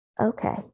Okay